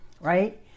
right